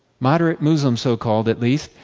moderate muslims, so-called, at least,